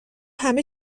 همه